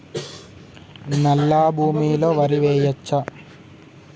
నల్లా భూమి లో వరి వేయచ్చా?